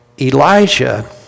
Elijah